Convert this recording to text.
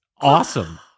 awesome